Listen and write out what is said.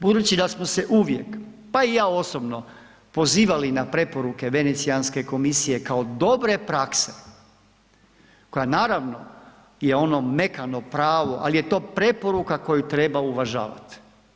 Budući da smo se uvijek pa i ja osobno pozivali na preporuke Venecijanske komisije kao dobre prakse koja naravno je ono mekano pravo, ali je to preporuka koju treba uvažavat.